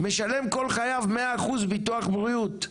משלם כל חייו מאה אחוז ביטוח בריאות,